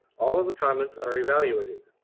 all of the comments are evaluated.